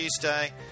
Tuesday